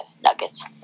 nuggets